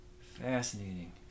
Fascinating